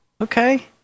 Okay